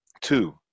two